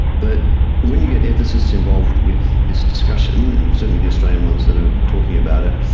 but when you get ethicists involved with this discussion, and certainly the australian ones that are talking about it,